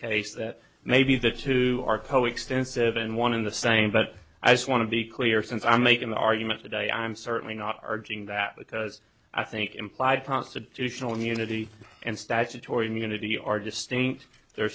case that maybe the two are co extensive and one in the same but i just want to be clear since i'm making the argument today i'm certainly not arguing that because i think implied constitutional immunity and statutory immunity